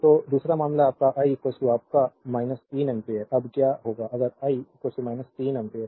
तो दूसरा मामला आपका आई आपका 3 एम्पीयर अब क्या होगा अगर आई 3 एम्पीयर